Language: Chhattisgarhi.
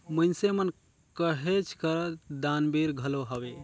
मइनसे मन कहेच कर दानबीर घलो हवें